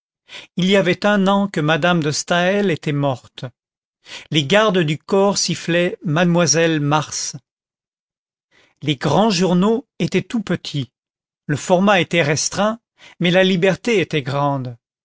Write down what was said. il y avait un an que madame de staël était morte les gardes du corps sifflaient mademoiselle mars les grands journaux étaient tout petits le format était restreint mais la liberté était grande